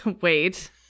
wait